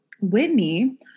Whitney